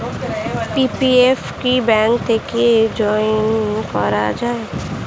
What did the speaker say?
PPF কি bank থেকে ক্রয় করা যায়?